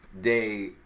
day